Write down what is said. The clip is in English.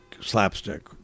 slapstick